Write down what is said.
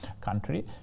country